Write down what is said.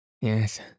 Yes